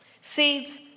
seeds